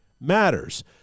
matters